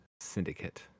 syndicate